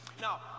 Now